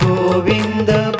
Govinda